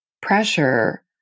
pressure